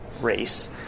race